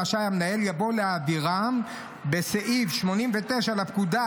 רשאי המנהל" יבוא "להעבירם"; בסעיף 89(א) לפקודה